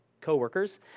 co-workers